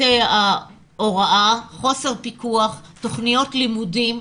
צוותי ההוראה, חוסר פיקוח, תוכניות לימודים.